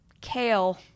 kale